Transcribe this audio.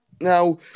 Now